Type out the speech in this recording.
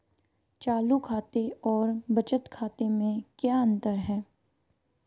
चालू खाते और बचत खाते में क्या अंतर है?